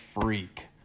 freak